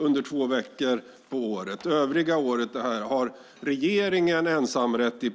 Under övriga året har regeringen i praktiken ensamrätt